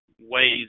ways